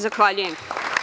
Zahvaljujem.